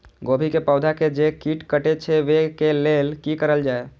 गोभी के पौधा के जे कीट कटे छे वे के लेल की करल जाय?